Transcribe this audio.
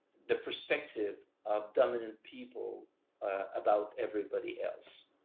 the perspective of dominant people about everybody else.